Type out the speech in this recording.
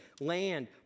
land